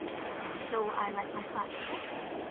nothing! so i left my flat to get some.